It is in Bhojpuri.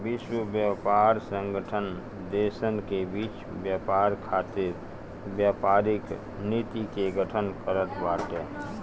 विश्व व्यापार संगठन देसन के बीच व्यापार खातिर व्यापारिक नीति के गठन करत बाटे